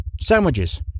Sandwiches